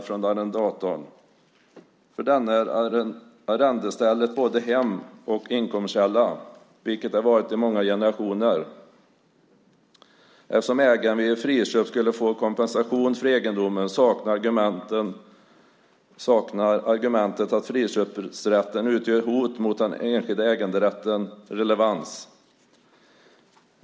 För arrendatorn är arrendestället både hem och inkomstkälla, och så har det varit i många generationer. Eftersom ägaren vid ett friköp skulle få kompensation för egendomen saknar argumentet att friköpsrätten utgör ett hot mot den enskilda äganderätten relevans.